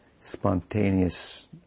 spontaneous